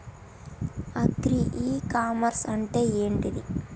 Agri e commerce అంటే ఏంటిది?